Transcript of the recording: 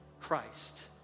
Christ